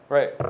Right